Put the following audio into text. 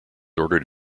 ordered